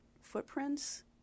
footprints